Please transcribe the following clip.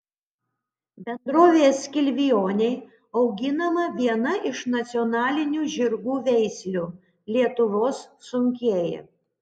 bendrovėje skilvioniai auginama viena iš nacionalinių žirgų veislių lietuvos sunkieji